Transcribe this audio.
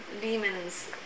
demons